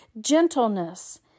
Gentleness